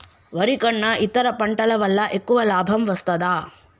వరి కన్నా ఇతర పంటల వల్ల ఎక్కువ లాభం వస్తదా?